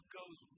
goes